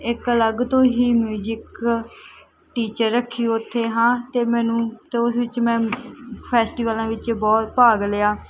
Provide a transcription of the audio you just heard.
ਇੱਕ ਅਲੱਗ ਤੋਂ ਹੀ ਮਿਊਜਿਕ ਟੀਚਰ ਰੱਖੀ ਉੱਥੇ ਹਾਂ ਅਤੇ ਮੈਨੂੰ ਅਤੇ ਉਸ ਵਿੱਚ ਮੈਂ ਫੈਸਟੀਵਲਾਂ ਵਿੱਚ ਬਹੁਤ ਭਾਗ ਲਿਆ